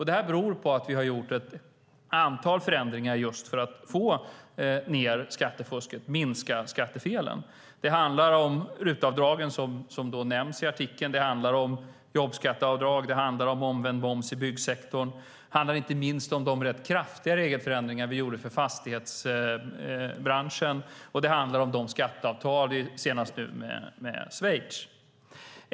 Det beror på att vi har gjort ett antal förändringar just för att få ned skattefusket, minska skattefelen. Det handlar om RUT-avdragen, som nämns i artikeln. Det handlar om jobbskatteavdrag, omvänd moms i byggsektorn, inte minst de rätt kraftiga regelförändringar som vi gjorde för fastighetsbranschen samt olika skatteavtal, senast med Schweiz.